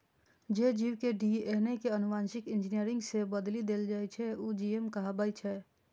जे जीव के डी.एन.ए कें आनुवांशिक इंजीनियरिंग सं बदलि देल जाइ छै, ओ जी.एम कहाबै छै